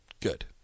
Good